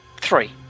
Three